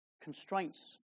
constraints